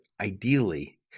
ideally